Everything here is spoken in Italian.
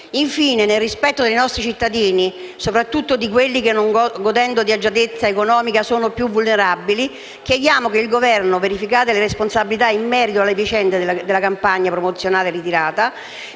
Infine, nel rispetto dei nostri cittadini, soprattutto di quelli che, non godendo di agiatezza economica, sono più vulnerabili, chiediamo che il Governo, verificate le responsabilità in merito alla vicenda delle campagne promozionali ritirate,